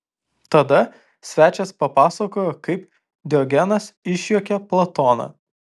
tada svečias papasakojo kaip diogenas išjuokė platoną